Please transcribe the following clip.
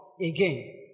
again